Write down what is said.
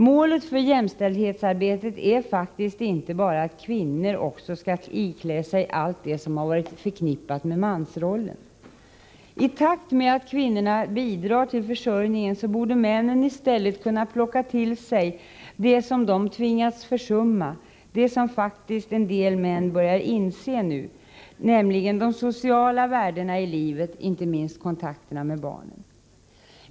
Målet för jämställdhetsarbetet är faktiskt inte bara att kvinnor också skall ikläda sig allt det som har varit förknippat med mansrollen. I takt med att kvinnorna bidrar till försörjningen borde männen i stället kunna plocka till sig det som de tvingats försumma, det som faktiskt en del män börjar inse nu, nämligen de sociala värdena i livet, inte minst kontakterna med barnen.